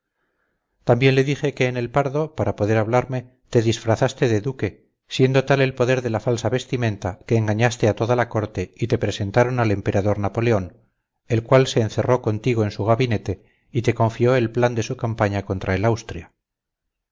también le dije que en el pardo para poder hablarme te disfrazaste de duque siendo tal el poder de la falsa vestimenta que engañaste a toda la corte y te presentaron al emperador napoleón el cual se encerró contigo en su gabinete y te confió el plan de su campaña contra el austria